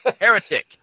Heretic